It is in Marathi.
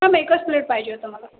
मॅम एकच प्लेट पाहिजे होतं मला